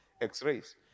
x-rays